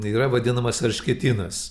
yra vadinamas erškėtynas